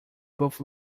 both